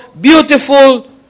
beautiful